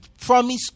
Promise